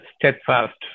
steadfast